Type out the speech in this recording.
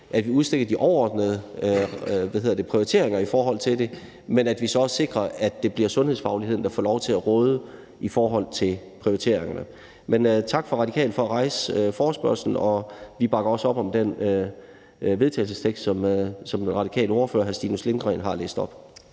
at vi udstikker de overordnede prioriteringer i forhold til det, men at vi så også sikrer, at det bliver sundhedsfagligheden, der får lov til at råde i forhold til prioriteringerne. Men tak til De Radikale for at rejse forespørgslen, og vi bakker op om den vedtagelsestekst, som den radikale ordfører, hr. Stinus Lindgreen, har læst op.